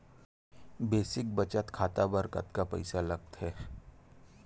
Basic बचत खाता बर कतका पईसा लगथे?